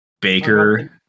Baker